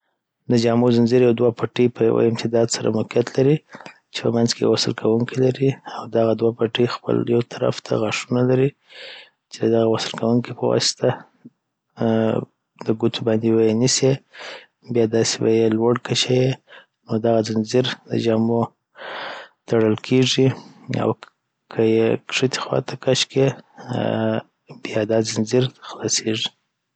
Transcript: د جامو ځنځیر یو دوه پټې په یوه امتداد سره موقیعت لري چي په منځ کي یو وصل کوونکي لري او دغه دوه پټې خپل یو طرف ته غاښونه لري چی د دغه وصل کوونکي په واسطه آ د ګوتو باندی بیی نیسي بیا داسی بیی لوړ کشیی نو دغه ځنځیر د دجامو تړل کیږي او که یی کښتې خواته کش کیی آ بیا دا ځنځیر خلاصیږي